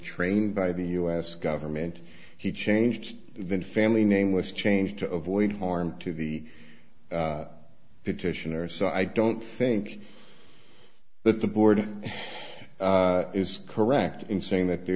trained by the us government he changed then family name was changed to avoid harm to the petitioner so i don't think that the board is correct in saying that there